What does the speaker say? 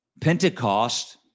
Pentecost